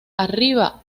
arriba